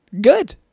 good